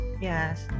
yes